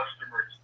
customers